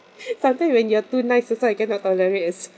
sometimes when you're too nice also I cannot tolerate ah as well